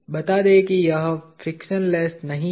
बता दें कि यह फ्रिक्शनलेस नहीं है